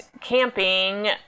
camping